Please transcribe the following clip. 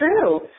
true